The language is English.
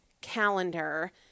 calendar